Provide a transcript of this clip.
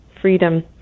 freedom